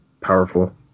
powerful